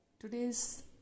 Today's